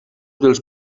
dels